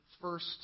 first